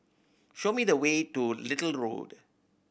show me the way to Little Road